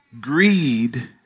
Greed